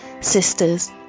Sisters